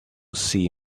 see